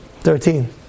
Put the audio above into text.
Thirteen